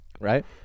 Right